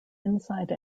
inside